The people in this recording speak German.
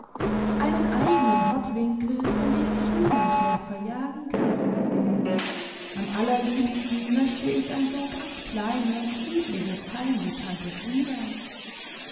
einen eigenen herdwinkel von dem mich niemand mehr verjagen kann am allerliebsten möchte ich ein so ganz kleines friedliches heim wie tante frieda